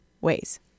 ways